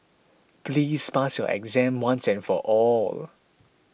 please pass your exam once and for all